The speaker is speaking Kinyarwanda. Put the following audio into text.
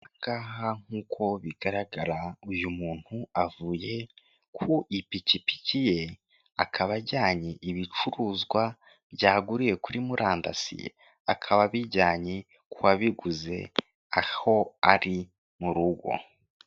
Aha ngaha nk'uko bigaragara uyu muntu avuye ku ipikipiki ye, akaba ajyanye ibicuruzwa byaguriwe murandasi, akaba abijyanye k'uwabiguze aho ari mu rugo.